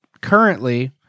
currently